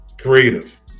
creative